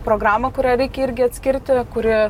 programą kurią reikia irgi atskirti kuri